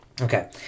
Okay